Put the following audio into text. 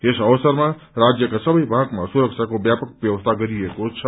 यस अवसरमा राज्यका सबै भागमा सुरक्षकोा व्यापक व्यवस्था गरिएको छ